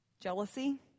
Jealousy